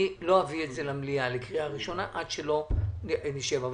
אני לא אביא את זה למליאה לקריאה ראשונה עד לא נשב אבל